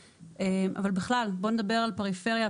אבל בכלל, בוא נדבר על פריפריה.